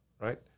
right